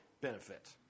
benefit